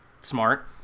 Smart